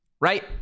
right